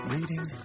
Reading